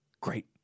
Great